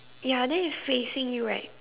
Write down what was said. ya then it's facing you right